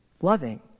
loving